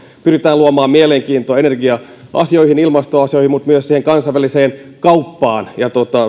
pyritään luomaan mielenkiintoa energia asioihin ilmastoasioihin mutta myös kansainväliseen kauppaan ja